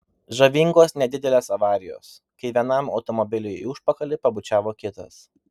žavingos nedidelės avarijos kai vienam automobiliui į užpakalį pabučiavo kitas